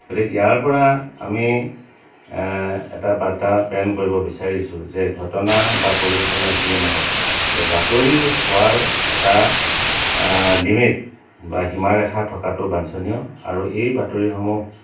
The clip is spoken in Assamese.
গতিকে ইয়াৰ পৰা আমি এটা বাৰ্তা প্ৰেৰণ কৰিব বিচাৰিছোঁ যে ঘটনা বা পৰিঘটনা যিয়েই নহওক যে বাতৰি হোৱাৰ এটা লিমিট বা সীমা ৰেখা থকাটো বাঞ্চনীয় আৰু এই বাতৰিসমূহ